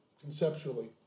conceptually